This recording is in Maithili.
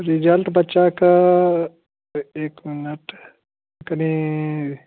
रिजल्ट बच्चाके एक मिनट कनि